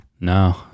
No